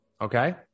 Okay